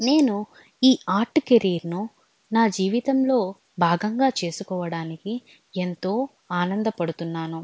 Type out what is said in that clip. నేను ఈ ఆర్ట్ కెరీర్ను నా జీవితంలో భాగంగా చేసుకోవడానికి ఎంతో ఆనందపడుతున్నాను